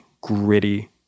gritty